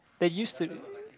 that used to